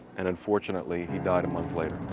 and, unfortunately, he died a month later.